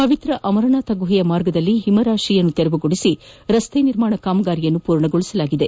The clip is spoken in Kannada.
ಪವಿತ್ರ ಅಮರನಾಥ ಗುಹೆಯ ಮಾರ್ಗದಲ್ಲಿ ಹಿಮರಾಶಿಯನ್ನು ತೆರವುಗೊಳಿಸಿ ರಸ್ತೆ ನಿರ್ಮಿಸುವ ಕಾಮಗಾರಿಯನ್ನು ಪೂರ್ಣಗೊಳಿಸಲಾಗಿದೆ